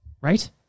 Right